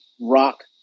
Rock